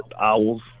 owls